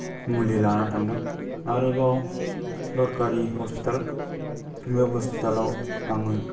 मुलि लानानै थांदों आरोबाव सरकारि हस्पिताल बे हस्पितालाव आङो